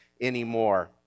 anymore